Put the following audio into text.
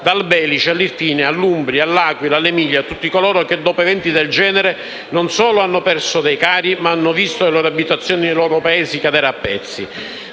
dal Belice all'Irpinia, dall'Umbria all'Aquila e all'Emilia, a tutti coloro che dopo eventi del genere non solo hanno perso dei cari ma hanno visto le loro abitazioni e i loro paesi cadere in pezzi;